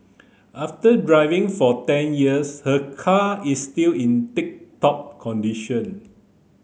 after driving for ten years her car is still in tip top condition